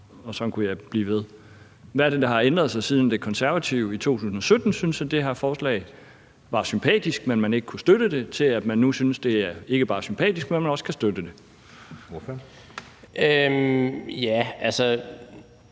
Sådan kunne jeg blive ved. Hvad er det, der har ændret sig, siden De Konservative i 2017-18 syntes, at det her forslag var sympatisk, men at man ikke kunne støtte det, til at man nu ikke bare synes, det er sympatisk, men også kan støtte det? Kl.